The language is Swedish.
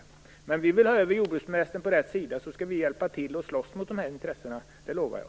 Men vi vill ha över jordbruksministern på rätt sida, då skall vi hjälpa till och slåss mot de här intressena, det lovar jag.